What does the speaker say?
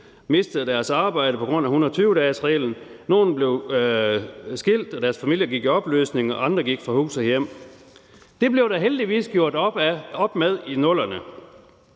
mistede deres arbejde på grund af 120-dagesreglen. Nogle blev skilt, og deres familier gik i opløsning, og andre gik fra hus og hjem. Det blev der heldigvis gjort op med i 00'erne.